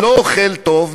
לא אוכל טוב,